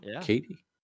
Katie